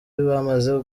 bamaze